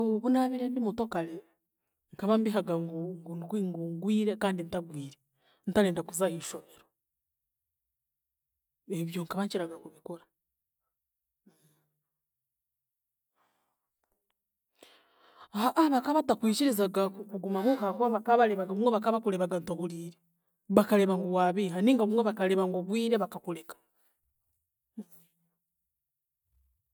Obunaabiire ndimuto kare, nkaba mbihaga ngu ndwire ngu- ngwire kandi ntarwire. Ntarenda kuza ahiishomero ebyo nkakiraga kubikora. baka batakwikirizaga kuguma muuka ahaakuba obumwe baka bakureebaga ntohuriire, bakareeba ngu waabiiha ninga obumwe bakareba gwogwire bakakureka.